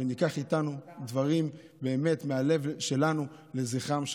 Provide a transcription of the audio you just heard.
וניקח איתנו דברים באמת מהלב שלנו לזכרם של